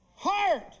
Heart